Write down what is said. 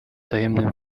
tajemnym